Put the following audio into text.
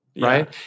right